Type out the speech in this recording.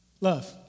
love